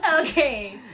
Okay